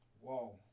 whoa